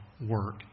work